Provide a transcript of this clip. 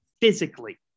physically